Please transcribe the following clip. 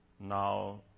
Now